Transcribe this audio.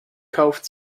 kauft